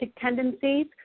tendencies